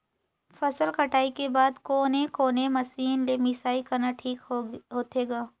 फसल कटाई के बाद कोने कोने मशीन ले मिसाई करना ठीक होथे ग?